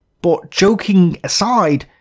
but joking aside,